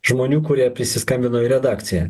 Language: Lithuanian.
žmonių kurie prisiskambino į redakciją